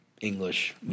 English